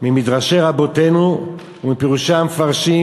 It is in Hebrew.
ממדרשי רבותינו ומפירושי המפרשים,